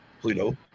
Pluto